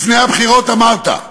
לפני הבחירות אמרת: